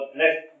next